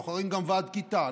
בוחרים גם ועד כיתה.